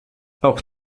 auch